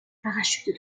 parachute